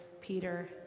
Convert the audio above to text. Peter